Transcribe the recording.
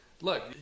look